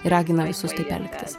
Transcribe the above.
ir ragina visus taip elgtis